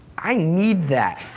i need that.